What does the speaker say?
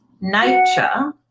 nature